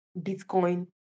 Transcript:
Bitcoin